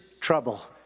trouble